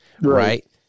right